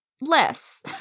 less